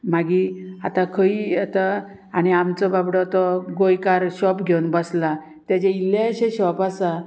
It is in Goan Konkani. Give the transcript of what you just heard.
मागी आतां खंयी आतां आनी आमचो बाबडो तो गोंयकार शॉप घेवन बसला तेजे इल्लेशे शॉप आसा